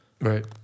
Right